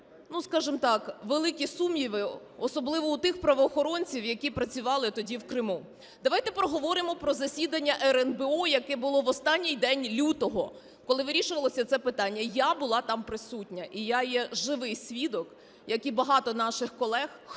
ну скажемо так, великі сумніви, особливо у тих правоохоронців, які працювали тоді в Криму. Давайте проговоримо про засідання РНБО, яке було в останній день лютого, коли вирішувалося це питання. Я була там присутня, і я є живий свідок, як і багато наших колег, хто